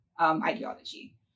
ideology